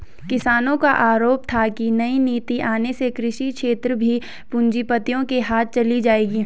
किसानो का आरोप था की नई नीति आने से कृषि क्षेत्र भी पूँजीपतियो के हाथ चली जाएगी